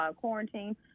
quarantine